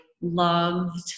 loved